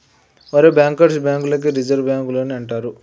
ఒరేయ్ bankers bank లని reserve బాంకులని అంటారు